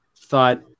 thought